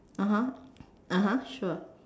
(uh huh) (uh huh) sure